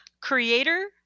creator